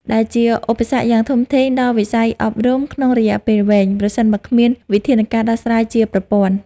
ដែលជាឧបសគ្គយ៉ាងធំធេងដល់វិស័យអប់រំក្នុងរយៈពេលវែង ប្រសិនបើគ្មានវិធានការដោះស្រាយជាប្រព័ន្ធ។